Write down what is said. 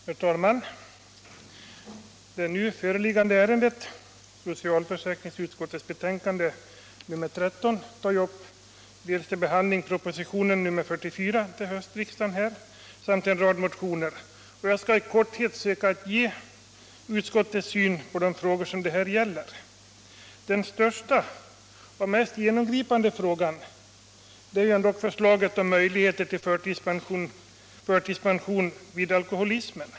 Herr talman! Det nu föreliggande ärendet, socialförsäkringsutskottets betänkande 1976/77:13, tar till behandling upp dels propositionen nr 44 till höstriksdagen, dels en rad motioner. Jag skall i korthet söka ge utskottets syn på de frågor som det här gäller. Den största och mest genomgripande frågan är förslaget om förtidspension vid alkoholism.